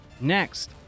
Next